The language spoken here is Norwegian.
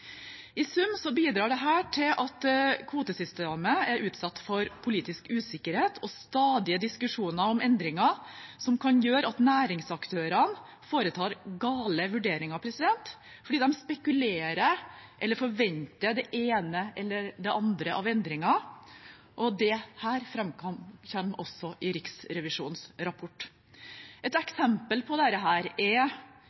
i sin rapport. I sum bidrar dette til at kvotesystemet er utsatt for politisk usikkerhet og stadige diskusjoner om endringer som kan gjøre at næringsaktørene foretar gale vurderinger, fordi de spekulerer i eller forventer det ene eller andre av endringer. Dette framkommer også i Riksrevisjonens rapport. Et